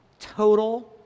total